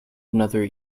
another